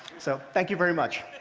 so thank you very much.